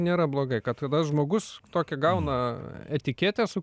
nėra blogai kad tada žmogus tokią gauna etiketę su